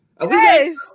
Yes